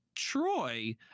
Troy